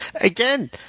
Again